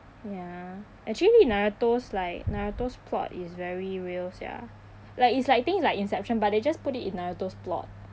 ya actually naruto's like naruto's plot is very real sia like it's like things like inception but they just put it in naruto's plot